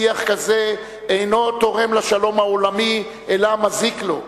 שיח כזה אינו תורם לשלום העולמי אלא מזיק לו.